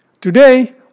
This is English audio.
Today